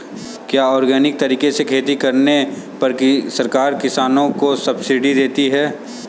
क्या ऑर्गेनिक तरीके से खेती करने पर सरकार किसानों को सब्सिडी देती है?